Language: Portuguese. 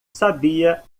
sabia